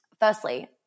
firstly